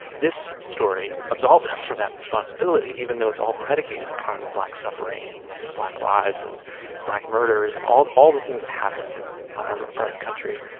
this story absolved us from that responsibility, even though it's all predicated upon black suffering and and black lives and black murders and all all the things that happened in our part of the country.